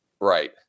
Right